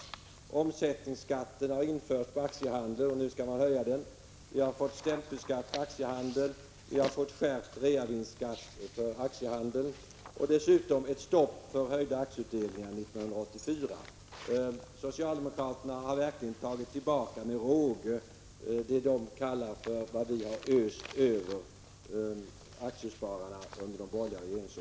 En omsättningsskatt på aktiehandeln har införts, och nu skall man höja den. Vi har fått stämpelskatt på aktiehandeln, ökad reavinstskatt på aktiehandeln och dessutom stopp för höjda aktieutdelningar under år 1984. Socialdemokraterna har verkligen tagit tillbaka med råge vad de anser att vi har öst över aktiespararna under de borgerliga åren.